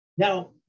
Now